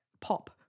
pop